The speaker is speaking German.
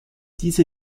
diese